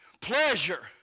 Pleasure